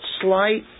slight